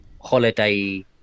holiday